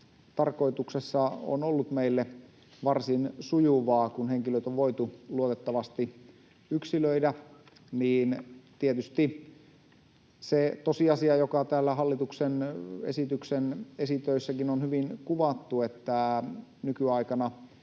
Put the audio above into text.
tarkoituksessa on ollut meille varsin sujuvaa, kun henkilöt on voitu luotettavasti yksilöidä. Tietysti se tosiasia on täällä hallituksen esityksen esitöissäkin hyvin kuvattu, että nykyaikana